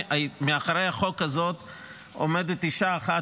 מאחורי החוק הזה עומדת אישה אחת.